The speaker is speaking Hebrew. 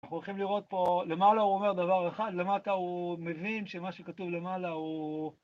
אנחנו הולכים לראות פה... למעלה הוא אומר דבר אחד, למטה הוא מבין שמה שכתוב למעלה הוא...